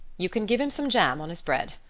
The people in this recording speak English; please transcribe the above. you can give him some jam on his bread,